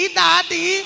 daddy